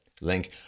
link